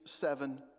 seven